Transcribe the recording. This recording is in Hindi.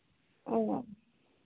ओ